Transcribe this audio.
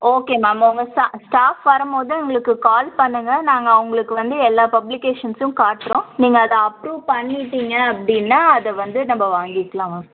okay ma'am உங்கள் ஸ்டா staff வரும்போது எங்களுக்கு கால் பண்ணுங்கள் நாங்கள் அவங்களுக்கு வந்து எல்லா பப்ளிகேஷன்ஸ்ஸும் காட்டுறோம் நீங்கள் அதை அப்ரூவ் பண்ணிவிட்டிங்க அப்படின்னா அதை வந்து நம்ப வாங்கிக்கலாம் மேம்